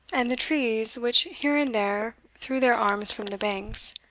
and the trees which here and there threw their arms from the banks,